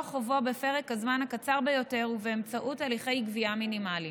חובו בפרק הזמן הקצר ביותר ובאמצעות הליכי גבייה מינימליים.